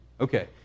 Okay